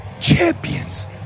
Champions